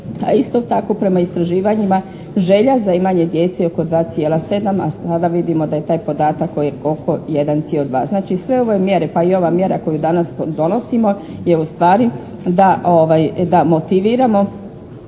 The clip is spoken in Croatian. isto tako prema istraživanjima želja za imanjem djece je oko 2,7 a sada vidimo da je taj podatak oko 1,2. Znači, sve ove mjere pa i ova mjera koju danas donosimo je ustvari da motiviramo